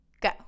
go